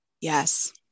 Yes